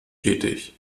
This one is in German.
tätig